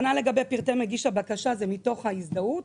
כנ"ל לגבי פרטי מגיש הבקשה, זה מתוך ההזדהות.